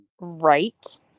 right